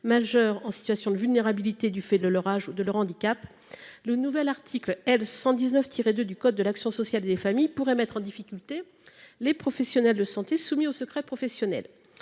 majeures en situation de vulnérabilité du fait de leur âge ou de leur handicap, le nouvel article L. 119 2 du code de l’action sociale et des familles pourrait mettre en difficulté les professionnels de santé soumis au secret professionnel.